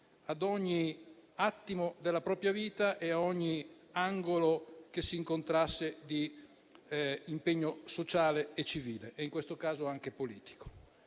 ad ogni attimo della propria vita e a ogni angolo che si incontrasse di impegno sociale e civile, in questo caso anche politico.